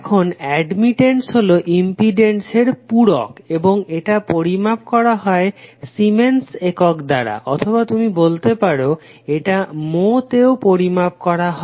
এখন অ্যাডমিটেন্স হলো ইম্পিডেন্স এর পূরক এবং এটা পরিমাপ করা হয় সিমেন্স একক দ্বারা অথবা তুমি বলতে পারো এটা মো তেও পরিমাপ করা হয়